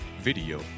video